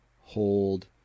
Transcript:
hold